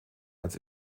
als